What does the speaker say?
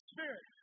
Spirit